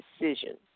decision